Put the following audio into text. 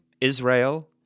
Israel